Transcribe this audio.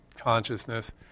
consciousness